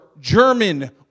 German